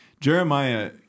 Jeremiah